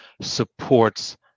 supports